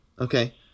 Okay